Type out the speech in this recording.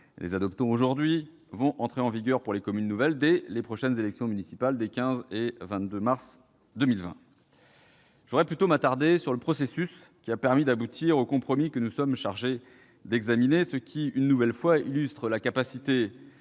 les adoptons aujourd'hui, vont entrer en vigueur, pour les communes nouvelles, dès les prochaines élections municipales des 15 et 22 mars 2020. Je voudrais plutôt m'attarder sur le processus qui a permis d'aboutir au compromis que nous sommes chargés d'examiner, ce qui, une nouvelle fois, illustre notre capacité